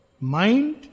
mind